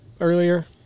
earlier